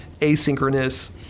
asynchronous